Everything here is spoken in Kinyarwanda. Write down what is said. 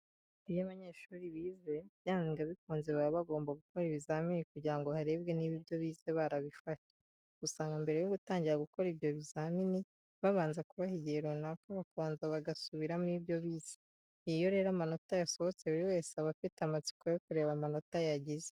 Iyo abanyeshuri bize byanga bikunze baba bagomba gukora ibizamini kugira ngo harebwe niba ibyo bize barabifashe. Usanga mbere yo gutangira gukora ibyo bizamini babanza kubaha igihe runaka bakabanza bagasubiramo ibyo bize. Iyo rero amanota yasohotse buri wese aba afite amatsiko yo kureba amanota yagize.